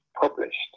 published